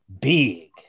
big